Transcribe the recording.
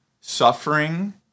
suffering